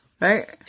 right